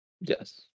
Yes